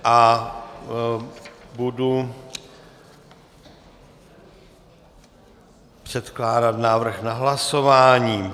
A budu předkládat návrh na hlasování.